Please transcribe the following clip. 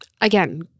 Again